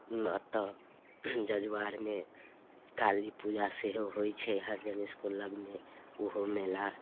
एतय जजुआरमे काली पूजा सेहो होइत छै हरिजन इसकुल लगमे ओहो मेला